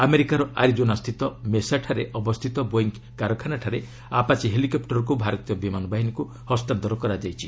ଆମେରିକାର ଆରିଜୋନା ସ୍ଥିତ ମେସାଠାରେ ଅବସ୍ଥିତ ବୋଇଙ୍ଗ କାରଖାନାଠାରେ ଆପାଚି ହେଲିକପ୍ଟରକୁ ଭାରତୀୟ ବିମାନ ବାହିନୀକୁ ହସ୍ତାନ୍ତର କରାଯାଇଛି